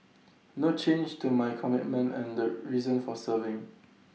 no change to my commitment and reason for serving